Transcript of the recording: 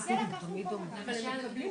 אני כבר מילאתי אותו מספר פעמים